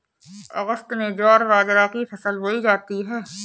अगस्त में ज्वार बाजरा की फसल बोई जाती हैं